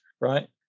right